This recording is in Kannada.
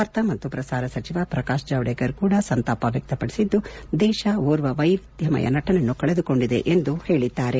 ವಾರ್ತಾ ಮತ್ತು ಪ್ರಸಾರ ಸಚಿವ ಪ್ರಕಾಶ್ ಜಾವಡೇಕರ್ ಅವರೂ ಕೂಡ ಸಂತಾಪ ವ್ಯಕ್ತಪಡಿಸಿದ್ದು ದೇಶ ಓರ್ವ ವೈವಿಧ್ಯಮಯ ನಟನನ್ನು ಕಳೆದುಕೊಂಡಿದೆ ಎಂದು ಹೇಳಿದ್ದಾರೆ